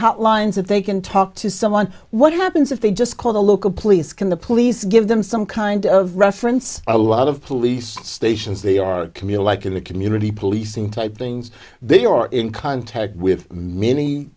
hotlines that they can talk to someone what happens if they just call the local police can the police give them some kind of reference a lot of police stations they are communal like in the community policing type things they are in contact with many